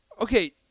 Okay